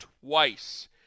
twice